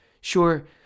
Sure